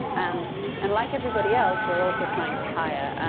um and like everybody else, we're also trying to hire.